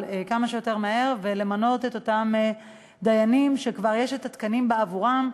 כמה שיותר מהר ולמנות את אותם דיינים שכבר יש תקנים בעבורם,